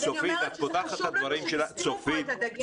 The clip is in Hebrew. אז אני אומרת שזה חשוב לנו שתשימו פה את הדגש.